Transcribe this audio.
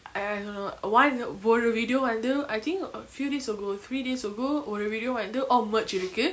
I I don't know one uh ஒரு:oru video வந்து:vanthu I think a few days ago three days ago ஒரு:oru video வந்து:vanthu all merch இருக்கு:iruku